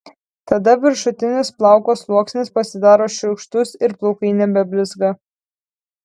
tada viršutinis plauko sluoksnis pasidaro šiurkštus ir plaukai nebeblizga